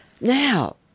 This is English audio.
now